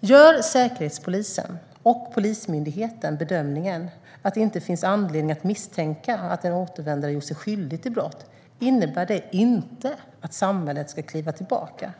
Gör Säkerhetspolisen och Polismyndigheten bedömningen att det inte finns anledning att misstänka att en återvändare gjort sig skyldig till brott innebär det inte att samhället ska kliva tillbaka.